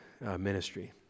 ministry